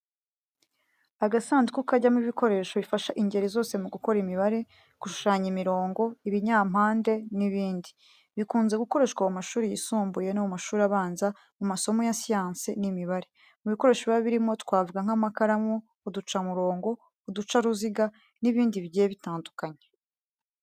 Agasanduku kajyamo ibikoresho bifasha ingeri zose mu gukora imibare, gushushanya imirongo, ibinyampande n’ibindi. Bikunze gukoreshwa mu mashuri yisumbuye no mu mashuri abanza mu masomo ya siyansi n'imibare. Mu bikoresho biba birimo twavuga nk’amakaramu, uducamurongo, uducaruziga n’ibindi bigiye bitandukanye.